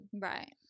right